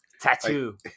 tattoo